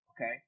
Okay